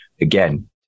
again